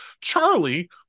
charlie